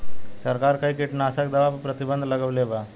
सरकार कई किटनास्क दवा पर प्रतिबन्ध लगवले बा